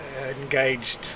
engaged